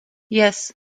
yes